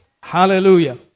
Hallelujah